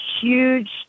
huge